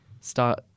start